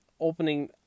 opening